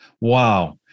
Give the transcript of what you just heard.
wow